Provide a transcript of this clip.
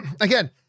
again